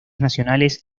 nacionales